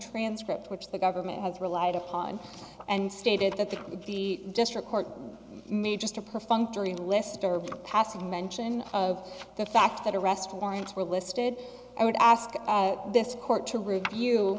transcript which the government has relied upon and stated that the the district court made just a perfunctory lyster passing mention of the fact that arrest warrants were listed i would ask this court to review